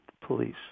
Police